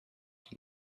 from